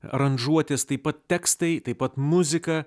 aranžuotės taip pat tekstai taip pat muzika